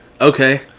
okay